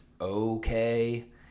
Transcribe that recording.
okay